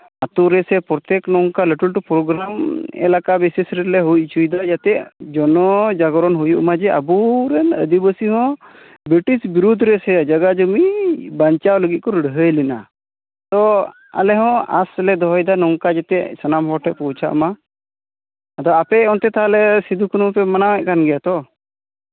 ᱟᱹᱛᱩ ᱨᱮᱥᱮ ᱯᱨᱚᱛᱛᱮᱠ ᱱᱚᱝᱠᱟ ᱞᱟᱹᱴᱩ ᱞᱟᱹᱴᱩ ᱯᱨᱳᱜᱽᱨᱟᱢ ᱮᱞᱟᱠᱟ ᱵᱮᱥᱮᱥ ᱨᱮᱞᱮ ᱦᱩᱭ ᱦᱚᱪᱚᱭᱫᱟ ᱡᱟᱛᱮ ᱡᱚᱱᱚ ᱡᱟᱜᱚᱨᱚᱱ ᱦᱩᱭᱩᱜ ᱢᱟ ᱡᱮ ᱟᱵᱚᱨᱮᱱ ᱟᱹᱫᱤᱵᱟᱹᱥᱤ ᱦᱚᱸ ᱵᱨᱤᱴᱤᱥ ᱵᱤᱨᱩᱫᱷ ᱨᱮᱥᱮ ᱡᱟᱭᱜᱟ ᱡᱚᱢᱤ ᱵᱟᱧᱪᱟᱣ ᱞᱟᱹᱜᱤᱫ ᱠᱚ ᱞᱟᱹᱲᱦᱟᱹᱭ ᱞᱮᱱᱟ ᱛᱳ ᱟᱞᱮ ᱦᱚᱸ ᱟᱸᱥ ᱞᱮ ᱫᱚᱦᱚᱭᱫᱟ ᱱᱚᱝᱠᱟ ᱡᱟᱛᱮ ᱥᱟᱱᱟᱢ ᱦᱚᱲ ᱴᱷᱮᱱ ᱯᱳᱸᱣᱪᱷᱟᱜ ᱢᱟ ᱟᱫᱚ ᱟᱯᱮ ᱚᱱᱛᱮ ᱛᱟᱦᱞᱮ ᱥᱤᱫᱩ ᱠᱟᱹᱱᱩ ᱯᱮ ᱢᱟᱱᱟᱣᱮᱫ ᱠᱟᱱ ᱜᱮᱭᱟ ᱛᱚ